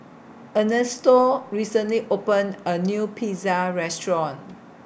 Ernesto recently opened A New Pizza Restaurant